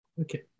okay